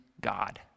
God